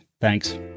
thanks